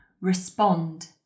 respond